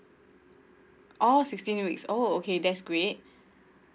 oh sixteen weeks oh okay that's great